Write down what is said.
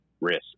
risk